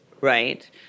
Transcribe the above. right